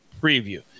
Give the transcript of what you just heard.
preview